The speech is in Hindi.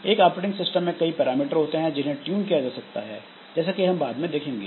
एक ऑपरेटिंग सिस्टम में कई पैरामीटर होते हैं जिन्हें ट्यून किया जा सकता है जैसा कि हम बाद में देखेंगे